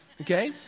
Okay